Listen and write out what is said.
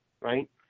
right